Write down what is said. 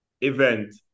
Event